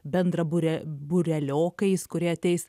bendrabūria būrealiokais kurie ateis